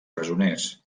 presoners